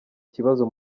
kibazo